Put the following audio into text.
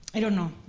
i don't know.